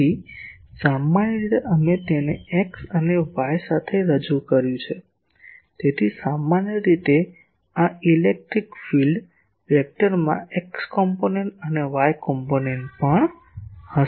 તેથી સામાન્ય રીતે અમે તેને X અને Y સાથે રજૂ કર્યું તેથી સામાન્ય રીતે આ ઇલેક્ટ્રિક ફીલ્ડ સદિશમાં એક્સ કમ્પોનન્ટ અને વાય કમ્પોનન્ટ પણ હશે